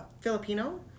Filipino